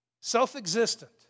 Self-existent